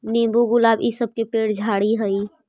नींबू, गुलाब इ सब के पेड़ झाड़ि हई